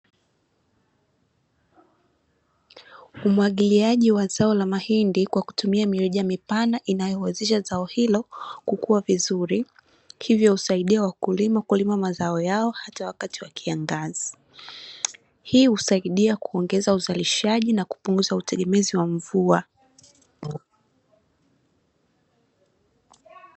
Umwagiliaji wa zao la mahindi kwa kutumia mirija mipana, inayowezesha zao hilo kukua vizuri, hivyo husaidia wakulima kulima mazao yao hata wakati wa kiangazi, hii husaidia kuongeza uzalishaji na kupunguza utegemezi wa mvua.